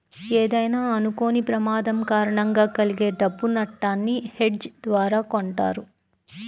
ఏదైనా అనుకోని ప్రమాదం కారణంగా కలిగే డబ్బు నట్టాన్ని హెడ్జ్ ద్వారా కొంటారు